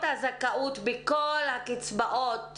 הזכאות בכל הקצבאות,